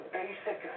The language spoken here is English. basic